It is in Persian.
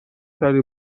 کردی